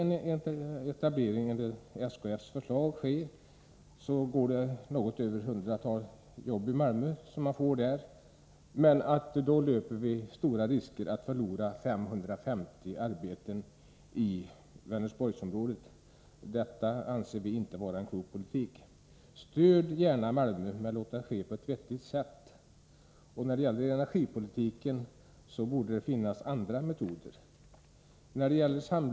En etablering enligt SKF:s förslag skulle innebära ett tillskott med drygt 100 jobb i Malmö. Samtidigt är risken emellertid stor att 550 arbetstillfällen går förlorade i Vänersborgsområdet. Vi anser inte att det är en klok politik. Stöd gärna Malmö, men gör det på ett vettigt sätt! Det borde finnas andra metoder när det gäller energipolitiken.